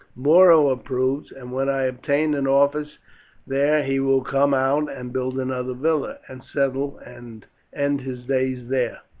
muro approves, and when i obtain an office there he will come out and build another villa, and settle and end his days there.